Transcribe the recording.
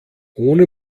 ohne